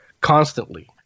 constantly